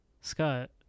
Scott